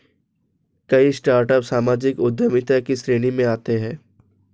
कई स्टार्टअप सामाजिक उद्यमिता की श्रेणी में आते हैं